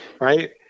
Right